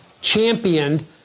championed